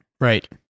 Right